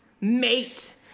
mate